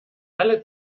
alle